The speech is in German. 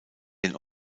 den